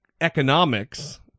economics